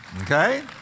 Okay